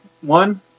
One